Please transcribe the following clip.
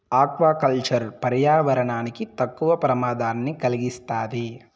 aqua culture పర్యావరణానికి తక్కువ ప్రమాదాన్ని కలిగిస్తాది